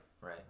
right